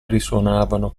risuonavano